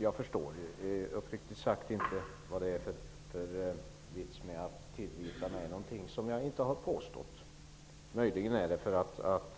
Jag förstår uppriktigt sagt inte vitsen med att tillgripa mig något som jag inte påstått. Möjligen är det därför att